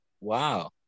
Wow